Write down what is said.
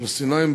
הפלסטינים,